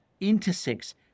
intersects